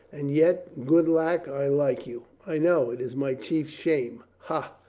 and yet, good lack, i like you. i know. it is my chief shame. ha!